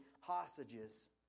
hostages